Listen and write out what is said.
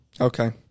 okay